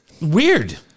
Weird